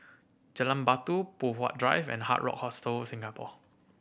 Jalan Batu Poh Huat Drive and Hard Rock Hostel Singapore